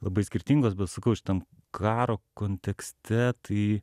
labai skirtingos bet sakau šitam karo kontekste tai